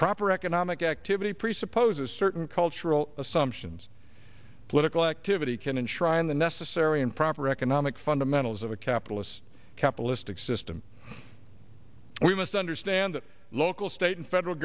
proper economic activity presupposes certain cultural assumptions political activity can enshrine the necessary and proper economic fundamentals of a capitalist capitalistic system we must understand that local state and federal